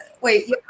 wait